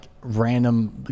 random